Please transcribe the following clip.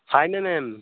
five M M